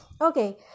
okay